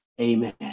amen